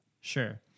Sure